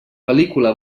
pel·lícula